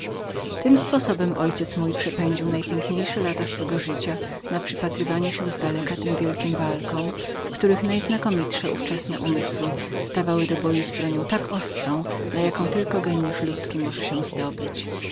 tym sposobem mój ojciec przepędził najpiękniejsze lata swego życia na zapatrywaniu się zdaleka na te wielkie walki w których najznakomitsze ówczesne umysły stawały do bo juzboju z bronią tak ostrą na jaką tylko gienjusz ludzki mógł się zdobyć